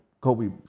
Kobe